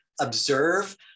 observe